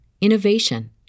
innovation